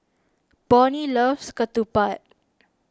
Bonny loves Ketupat